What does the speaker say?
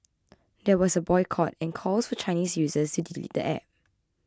there was a boycott and calls for Chinese users to delete the app